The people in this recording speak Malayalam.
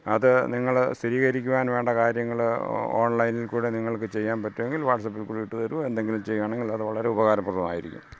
അത് നിങ്ങൾ സ്ഥിരീകരിക്കുവാൻ വേണ്ട കാര്യങ്ങൾ ഓൺലൈനിൽ കൂടെ നിങ്ങൾക്ക് ചെയ്യാൻ പറ്റുമെങ്കിൽ വാട്ട്സാപ്പിൽ കൂടി ഇട്ടു തരുമോ എന്തെങ്കിലും ചെയ്യുവാണെങ്കിൽ അത് വളരെ ഉപകാരപ്രദമായിരിക്കും